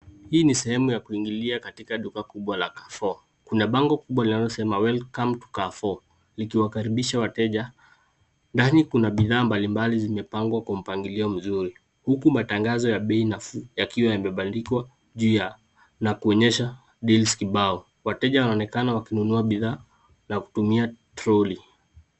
Hii ni sehemu la kuingilia katika duka kubwa la Carrefour. Kuna bango kubwa linalosema welcome to Carrefour likiwakaribisha wateja. Ndani kuna bidhaa mbalimbali zimepangwa kwa mpangilio mzuri huku matangazo ya bei nafuu yakiwa yamebandikwa juu ya na kuonyesha deals kibao . Wateja wanaonekana wakinunua bidhaa na kutumia troli.